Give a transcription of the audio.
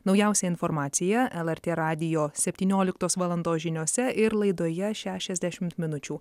naujausia informacija lrt radijo septynioliktos valandos žiniose ir laidoje šešiasdešimt minučių